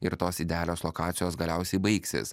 ir tos idealios lokacijos galiausiai baigsis